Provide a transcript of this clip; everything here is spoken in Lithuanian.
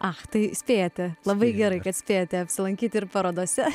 ach tai spėjote labai gerai kad spėjote apsilankyti ir parodose